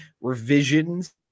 revisions